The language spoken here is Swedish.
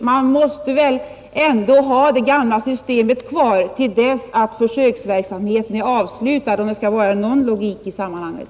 Man måste ha det gamla systemet kvar tills försöksverksamheten är avslutad, om det skall vara någon logik i sammanhanget.